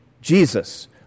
Jesus